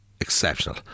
exceptional